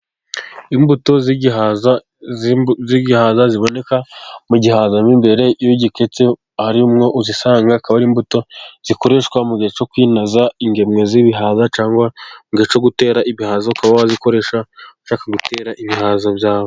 Imbuto z'igihaza ziboneka mu gihaza mo imbere iyo ugiketse hakaba arimwo uzisanga, zikaba imbuto zikoreshwa mu gihe cyo kwinaza ingemwe z'ibihaza cyangwa mu gihe cyo gutera ibihaza ukaba wazikoresha ushaka gutera ibihaza byawe.